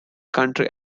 country